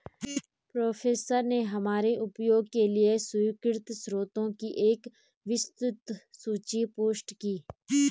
professor ने हमारे उपयोग के लिए स्वीकृत स्रोतों की एक विस्तृत सूची पोस्ट की